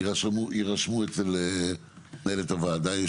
ירשמו אצל מנהל הוועדה,